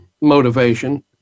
motivation